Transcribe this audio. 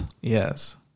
Yes